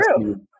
true